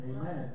amen